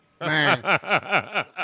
Man